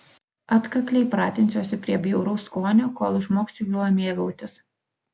atkakliai pratinsiuosi prie bjauraus skonio kol išmoksiu juo mėgautis